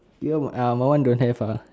you uh my one don't have ah